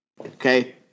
okay